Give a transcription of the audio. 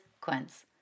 Quince